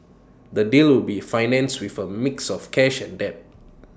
the deal will be financed with A mix of cash and debt